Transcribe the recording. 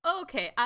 Okay